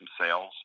sales